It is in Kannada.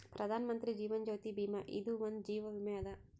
ಪ್ರಧಾನ್ ಮಂತ್ರಿ ಜೀವನ್ ಜ್ಯೋತಿ ಭೀಮಾ ಇದು ಒಂದ ಜೀವ ವಿಮೆ ಅದ